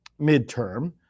midterm